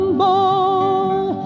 boy